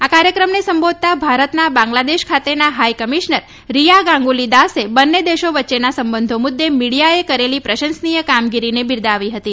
આ કાર્યક્રમને સંબોધતાં ભારતના બાગ્લાદેશ ખાતેના હાઇ કમિશનર રીયા ગાંગુલી દાસે બંને દેશો વચ્ચેના સંબંધો મુદ્દે મીડિયાએ કરતી પ્રશંસનીય કામગીરીને બિરદાવી હતી